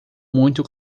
muito